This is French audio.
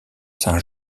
saint